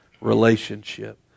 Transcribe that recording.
relationship